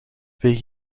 veeg